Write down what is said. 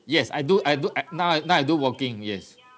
yes I do I do at now now I do walking yes